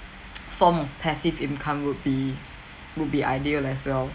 form of passive income would be would be ideal as well